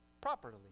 properly